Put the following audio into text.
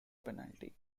penalty